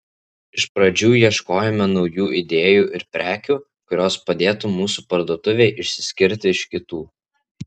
iš pradžių ieškojome naujų idėjų ir prekių kurios padėtų mūsų parduotuvei išsiskirti iš kitų